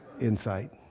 Insight